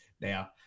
now